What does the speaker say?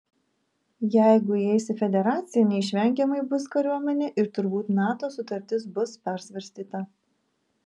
jeigu įeis į federaciją neišvengiamai bus kariuomenė ir turbūt nato sutartis bus persvarstyta